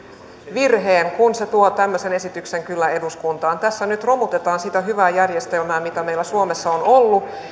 virheen kun se tuo tämmöisen esityksen eduskuntaan tässä nyt romutetaan sitä hyvää järjestelmää mikä meillä suomessa on ollut